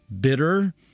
bitter